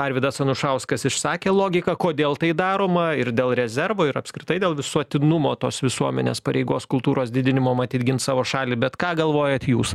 arvydas anušauskas išsakė logiką kodėl tai daroma ir dėl rezervo ir apskritai dėl visuotinumo tos visuomenės pareigos kultūros didinimo matyt gint savo šalį bet ką galvojat jūs